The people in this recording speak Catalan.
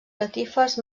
catifes